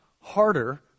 harder